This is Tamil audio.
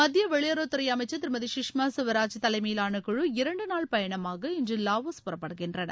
மத்திய வெளியுறவுத்துறை அமைச்சர் திருமதி கஷ்மா ஸ்வராஜ் தலைமையிலான குழு இரண்டுநாள் பயணமாக இன்று லாவோஸ் புறப்படுகின்றனர்